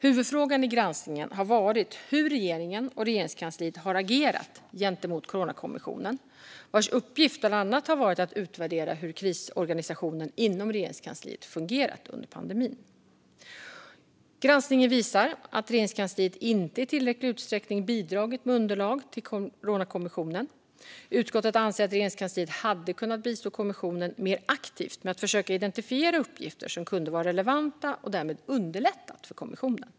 Huvudfrågan i granskningen har varit hur regeringen och Regeringskansliet har agerat gentemot Coronakommissionen, vars uppgift bland annat har varit att utvärdera hur krisorganisationen inom Regeringskansliet har fungerat under pandemin. Granskningen visar att Regeringskansliet inte i tillräcklig utsträckning har bidragit med underlag till Coronakommissionen. Utskottet har ansett att Regeringskansliet hade kunnat bistå kommissionen mer aktivt med att försöka identifiera uppgifter som kunde vara relevanta och därmed underlättat för kommissionen.